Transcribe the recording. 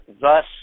thus